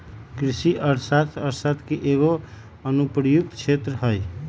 कृषि अर्थशास्त्र अर्थशास्त्र के एगो अनुप्रयुक्त क्षेत्र हइ